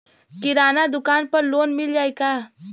किराना दुकान पर लोन मिल जाई का?